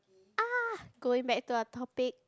ah going back to our topic